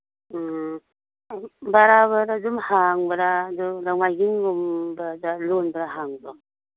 ꯎꯝ ꯕꯔꯥꯕꯔ ꯑꯗꯨꯝ ꯍꯥꯡꯕꯔꯥ ꯑꯗꯨ ꯅꯣꯡꯃꯥꯏꯖꯤꯡꯒꯨꯝꯕꯗ ꯂꯣꯟꯕ꯭ꯔꯥ ꯍꯥꯡꯕ꯭ꯔꯣ